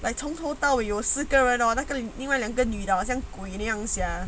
like 从头到尾有四个人 hor 那个另外两个女的好像鬼那样 sia